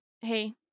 Hey